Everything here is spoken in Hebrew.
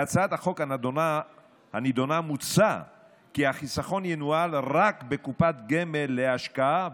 בהצעת החוק הנדונה מוצע כי החיסכון ינוהל רק בקופת גמל להשקעה,